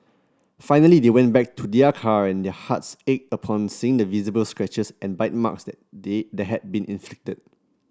finally they went back to their car and their hearts ached upon seeing the visible scratches and bite marks that they the had been inflicted